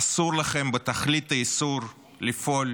אסור לכם בתכלית האיסור לפעול